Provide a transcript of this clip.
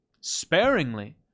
sparingly